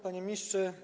Panie Ministrze!